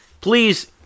please